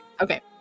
Okay